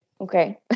Okay